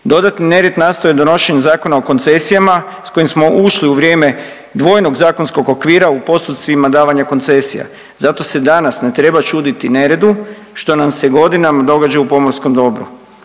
Dodatni nered nastao je donošenjem zakona o koncesijama s kojim smo ušli u vrijeme dvojnog zakonskog okvira u postupcima davanja koncesija, zato se danas ne treba čuditi neredu što nam se godinama događa u pomorskom dobru.